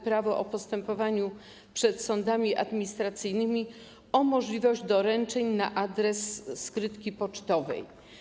Prawo o postępowaniu przed sądami administracyjnymi o możliwość doręczeń na adres skrytki pocztowej.